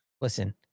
listen